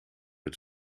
het